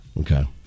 Okay